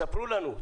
ספרו לנו.